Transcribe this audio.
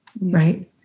right